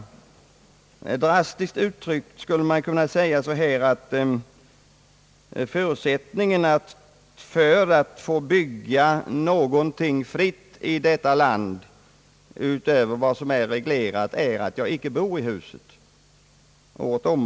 Drastiskt uttryckt skulle man kunna säga, att förutsättningen för att få bygga ett hus utanför vad som är reglerat är att man icke bor i det året om.